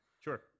Sure